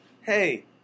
Hey